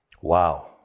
Wow